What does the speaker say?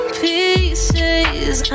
pieces